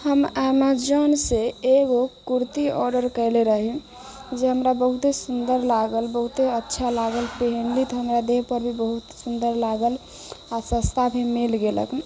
हम एमेजोनसँ एगो कुर्ती ऑडर कएले रही जे हमरा बहुते सुन्दर लागल बहुते अच्छा लागल पहिनले तऽ हमरा देहपर भी बहुत सुन्दर लागल आओर सस्ता भी मिल गेलक